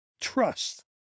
trust